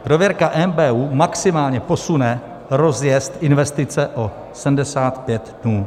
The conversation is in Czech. Prověrka NBÚ maximálně posune rozjezd investice o 75 dnů.